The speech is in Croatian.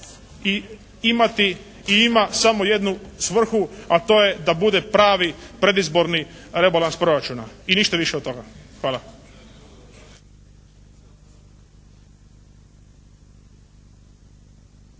i ima samo jednu svrhu, a to je da bude pravi predizborni rebalans proračuna i ništa više od toga. Hvala.